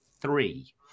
three